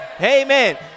Amen